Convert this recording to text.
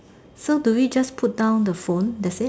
so do we just put down the phone that's it